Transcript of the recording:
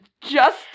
just-